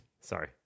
Sorry